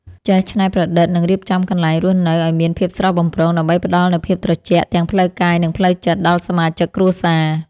ចេះច្នៃប្រឌិតនិងរៀបចំកន្លែងរស់នៅឱ្យមានភាពស្រស់បំព្រងដើម្បីផ្ដល់នូវភាពត្រជាក់ទាំងផ្លូវកាយនិងផ្លូវចិត្តដល់សមាជិកគ្រួសារ។